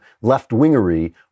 left-wingery